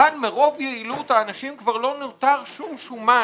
כאן מרוב יעילות לאנשים כבר לא נותר כל שומן.